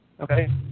Okay